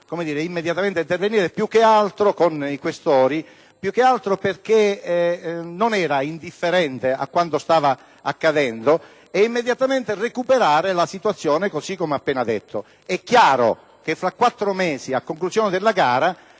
voluto immediatamente intervenire con i senatori Questori, piuche altro perche´ non era indifferente a quanto stava accadendo, e ha voluto immediatamente recuperare la situazione cosı come ho appena detto. E[` ]chiaro che fra quattro mesi, a conclusione della gara,